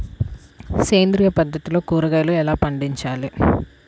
సేంద్రియ పద్ధతిలో కూరగాయలు ఎలా పండించాలి?